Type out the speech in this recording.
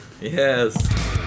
yes